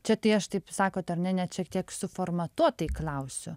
čia tai aš taip sakot ar ne net šiek tiek suformatuotai klausiu